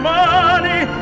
money